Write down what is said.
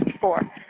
four